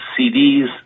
CDs